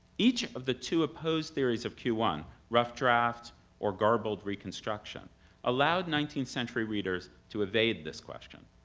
each of the two opposed theories of q one rough draft or garbled reconstruction allowed nineteenth century readers to evade this question.